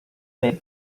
make